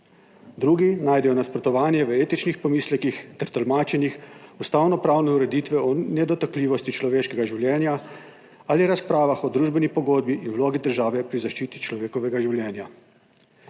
drugi najdejo nasprotovanje v etičnih pomislekih ter tolmačenjih ustavnopravne ureditve o nedotakljivosti človeškega življenja ali razpravah o družbeni pogodbi in vlogi države pri zaščiti človekovega življenja.